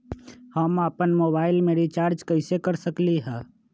हम अपन मोबाइल में रिचार्ज कैसे कर सकली ह?